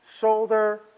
shoulder